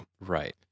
Right